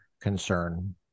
concern